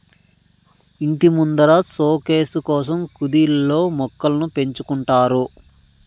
ఇంటి ముందర సోకేసు కోసం కుదిల్లో మొక్కలను పెంచుకుంటారు